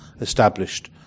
established